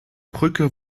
brücke